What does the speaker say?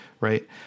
right